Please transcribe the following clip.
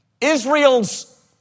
Israel's